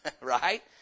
right